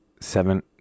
seven